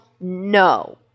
no